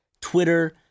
Twitter